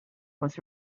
was